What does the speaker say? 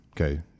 Okay